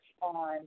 on